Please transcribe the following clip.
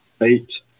eight